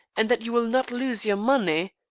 and that you will not lose your money?